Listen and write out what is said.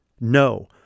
No